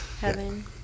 Heaven